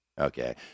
Okay